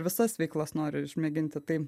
visas veiklas nori išmėginti tai